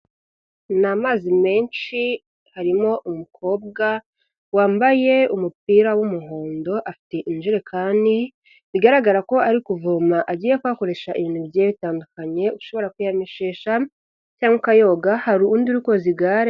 Ni amazi menshi, harimo umukobwa, wambaye umupira w'umuhondo afite injerekani, bigaragara ko ari kuvoma agiye kuyakoresha ibintu bigiye bitandukanye, ushobora kuyamishesha cyangwa ukayoga hari undi u kweza igare...